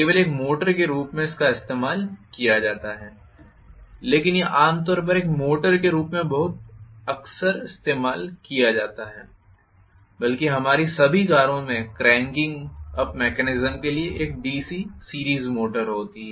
केवल एक मोटर के रूप में इसका उपयोग किया जाता है लेकिन यह आमतौर पर एक मोटर के रूप में बहुत अक्सर इस्तेमाल किया जाता है बल्कि हमारी सभी कारों में क्रैंकिंग अप मेकेनीस्म के लिए एक डीसी सीरीस मोटर होती है